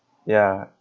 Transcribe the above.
ya